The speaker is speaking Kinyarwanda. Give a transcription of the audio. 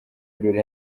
birori